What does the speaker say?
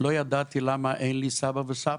לא ידעתי למה אין לי סבא וסבתא,